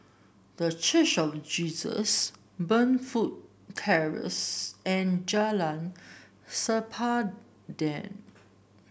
The Church of Jesus Burnfoot Terrace and Jalan Sempadan